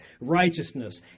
righteousness